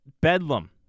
Bedlam